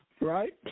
right